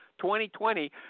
2020